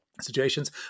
situations